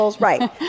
Right